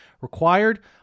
required